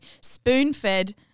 Spoon-fed